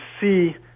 see